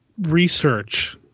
research